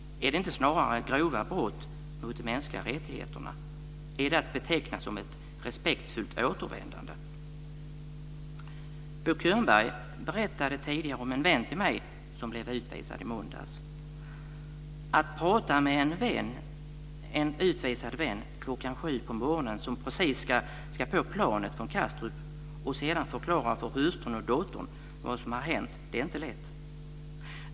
Är det inte snarare grova brott mot de mänskliga rättigheterna? Är det att beteckna som ett respektfullt återvändande? Bo Könberg berättade tidigare om en vän till mig som blev utvisad i måndags. Att prata med en utvisad vän klockan sju på morgonen, som precis ska på planet från Kastrup, och sedan förklara för hustrun och dottern vad som har hänt - det är inte lätt.